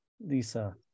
Lisa